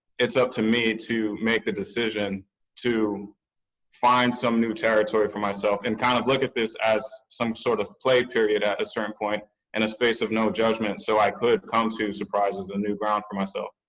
it's up to me to make the decision to find some new territory for myself and kind of look at this as some sort of play period at a certain point and a space of no judgment so i could come to surprises a new ground for myself.